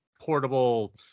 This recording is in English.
portable